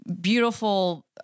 beautiful